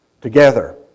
together